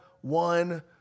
one